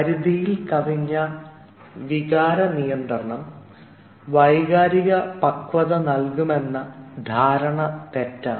പരിധിയിൽ കവിഞ്ഞ വികാര നിയന്ത്രണം വൈകാരിക പക്വത നൽകുമെന്ന ധാരണ തെറ്റാണ്